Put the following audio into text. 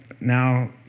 now